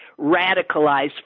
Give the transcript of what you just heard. radicalized